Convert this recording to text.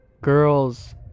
Girls